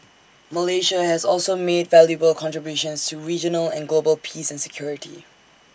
Malaysia has also made valuable contributions to regional and global peace and security